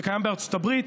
זה קיים בארצות הברית,